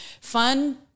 fun